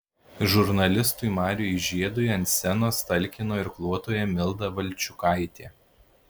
žurnalistui marijui žiedui ant scenos talkino irkluotoja milda valčiukaitė